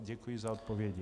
Děkuji za odpovědi.